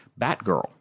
Batgirl